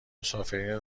مسافرین